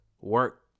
work